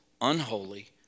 unholy